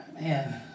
man